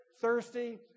thirsty